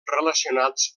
relacionats